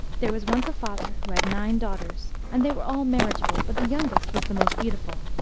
there was once a father, who had nine daughters, and they were all marriageable, but the youngest was the most beautiful.